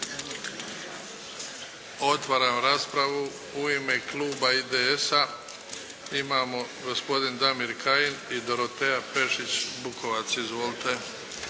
Otvaram raspravu. U ime kluba IDS-a imamo gospodin Damir Kajin i Dorotea Pešić-Bukovac. Izvolite.